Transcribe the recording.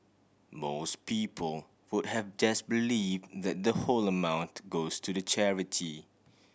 most people would have just believe that the whole amount goes to the charity